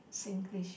Singlish